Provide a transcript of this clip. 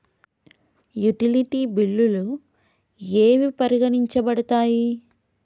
Utility బిల్లులు ఏవి పరిగణించబడతాయి?